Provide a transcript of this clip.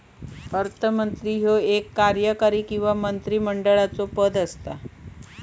अर्थमंत्री ह्यो एक कार्यकारी किंवा मंत्रिमंडळाचो पद असता